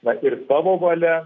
na ir savo valia